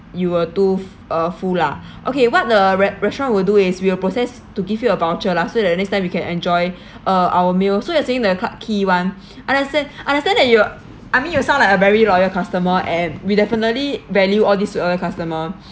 you were too uh full lah okay what the re~ restaurant will do is we will process to give you a voucher lah so that next time you can enjoy uh our meal so you're saying that clarke quay [one] understand understand that you I mean you sound like a very loyal customer and we definitely value all this loyal customer